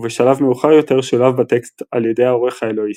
ובשלב מאוחר יותר שולב בטקסט על ידי העורך האלוהיסטי.